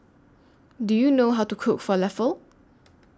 Do YOU know How to Cook Falafel